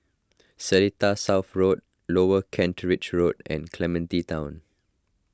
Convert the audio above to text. Seletar South Road Lower Kent Ridge Road and Clementi Town